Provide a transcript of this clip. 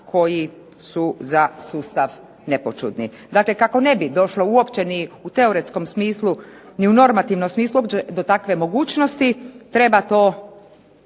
koji su za sustav nepočudni. Dakle, kako ne bi došlo uopće ni u teoretskom smislu ni u normativnom smislu uopće do takve mogućnosti treba to